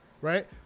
right